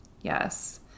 yes